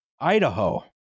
Idaho